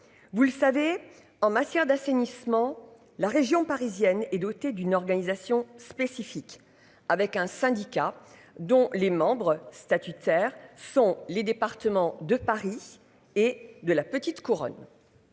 vous le savez en matière d'assainissement, la région parisienne et doté d'une organisation spécifique avec un syndicat dont les membres statutaires sont les départements de Paris et de la petite couronne.